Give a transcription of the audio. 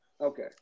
Okay